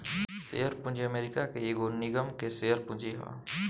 share पूंजी America के एगो निगम के शेयर पूंजी ह